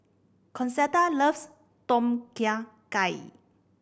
Concetta loves Tom Kha Gai